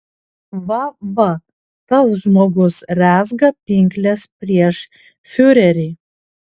va va tas žmogus rezga pinkles prieš fiurerį